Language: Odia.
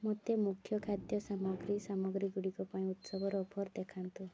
ମୋତେ ମୁଖ୍ୟ ଖାଦ୍ୟ ସାମଗ୍ରୀ ସାମଗ୍ରୀଗୁଡ଼ିକ ପାଇଁ ଉତ୍ସବର ଅଫର୍ ଦେଖାନ୍ତୁ